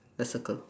let's circle